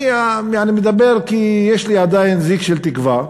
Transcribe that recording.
אני מדבר כי יש לי עדיין זיק של תקווה,